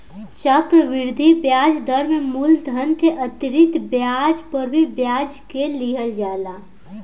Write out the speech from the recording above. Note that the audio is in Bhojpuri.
चक्रवृद्धि ब्याज दर में मूलधन के अतिरिक्त ब्याज पर भी ब्याज के लिहल जाला